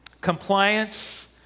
compliance